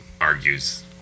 argues